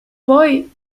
poi